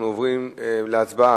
אנחנו עוברים להצבעה.